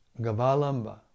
gavalamba